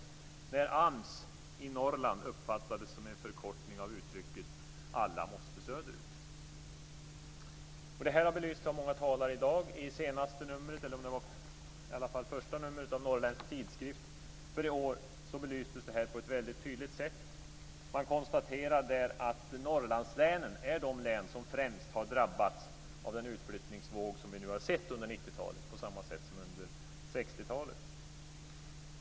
Det var då AMS i Norrland uppfattades som en förkortning av uttrycket "Alla måste söderut". Det här har belysts av många talare i dag. I årets första nummer av Norrländsk Tidskrift belystes det här på ett väldigt tydligt sätt. Man konstaterar där att Norrlandslänen är de län som främst har drabbats av den utflyttningsvåg som vi har sett under 90-talet på samma sätt som under 60-talet.